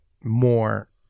more